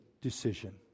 decision